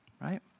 right